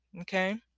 okay